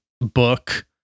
book